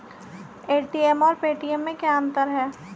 ATM और Paytm में क्या अंतर है?